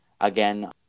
again